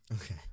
Okay